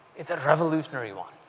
it's a revolutionary one.